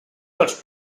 dels